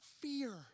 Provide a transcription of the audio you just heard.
fear